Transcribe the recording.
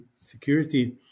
security